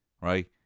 right